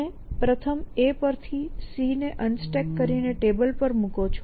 તમે પ્રથમ A પર થી C ને અનસ્ટેક કરી ને ટેબલ પર મુકો છો